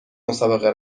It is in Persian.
مسابقه